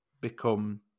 become